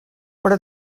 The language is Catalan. però